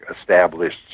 established